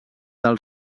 del